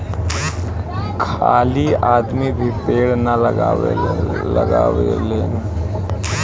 खाली आदमी भी पेड़ ना लगावेलेन